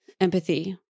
empathy